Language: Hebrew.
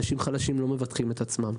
אנשים חלשים לא מבטחים את עצמם,